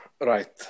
Right